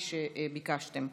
כפי שביקשתם.